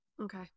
Okay